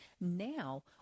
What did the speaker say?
now